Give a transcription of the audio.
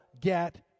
get